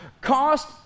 cost